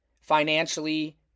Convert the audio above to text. financially